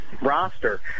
roster